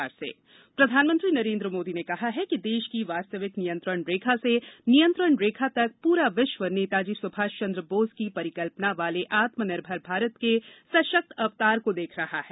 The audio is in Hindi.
पीएम नेताजी प्रधानमंत्री नरेंद्र मोदी ने कहा है कि देश की वास्तविक नियंत्रण रेखा से नियंत्रण रेखा तक पूरा विश्व नेताजी सुभाषचंद्र बोस की परिकल्पना वाले आत्मनिर्भर भारत के सशक्त अवतार को देख रहा है